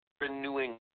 Renewing